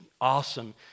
awesome